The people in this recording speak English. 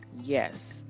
Yes